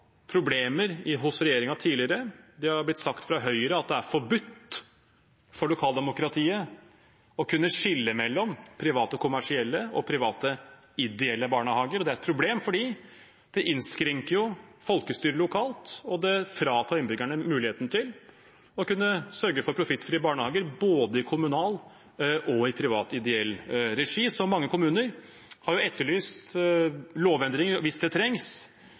problemer hos regjeringen tidligere. Det har blitt sagt fra Høyre at det er forbudt for lokaldemokratiet å kunne skille mellom private kommersielle og private ideelle barnehager. Det er et problem fordi det innskrenker folkestyret lokalt, og det fratar innbyggerne muligheten til å kunne sørge for profittfrie barnehager både i kommunal og i privat ideell regi. Mange kommuner har etterlyst lovendringer, hvis det trengs,